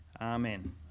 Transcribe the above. Amen